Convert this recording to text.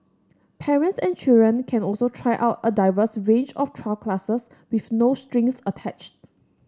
parents and children can also try out a diverse range of trial classes with no strings attached